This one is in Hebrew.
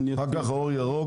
כולם יודעים